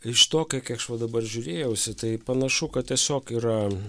iš to kiek aš va dabar žiūrėjausi tai panašu kad tiesiog yra